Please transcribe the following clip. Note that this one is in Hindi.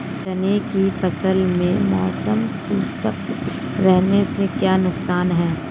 चने की फसल में मौसम शुष्क रहने से क्या नुकसान है?